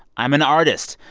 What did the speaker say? i'm an artist.